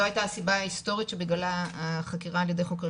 הייתה הסיבה ההיסטורית שבגללה החקירה על ידי חוקרים